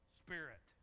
spirit